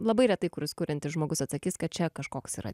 labai retai kuris kuriantis žmogus atsakys kad čia kažkoks yra